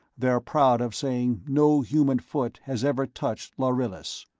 they're proud of saying no human foot has ever touched lharillis.